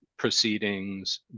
proceedings